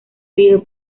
oído